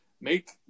make